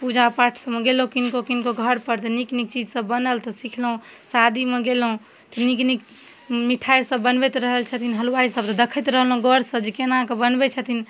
पूजा पाठसबमे गेलहुँ किनको किनको घरपर तऽ नीक नीक चीजसब बनल तऽ सिखलहुँ शादीमे गेलहुँ तऽ नीक नीक मिठाइसब बनबैत रहै छथिन हलवाइसभ तऽ देखैत रहलहुँ गौरसँ जे कोनाकऽ बनबै छथिन